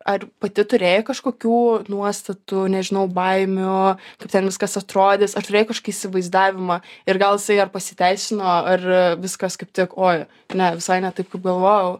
ar pati turėjai kažkokių nuostatų nežinau baimių kaip ten viskas atrodys ar turėjai kažkokį įsivaizdavimą ir gal jisai ar pasiteisino ar viskas kaip tik oi ne visai ne taip kaip galvojau